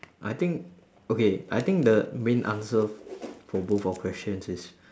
I think okay I think the main answer for both our questions is